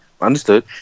Understood